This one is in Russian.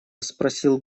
спросил